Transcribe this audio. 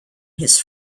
his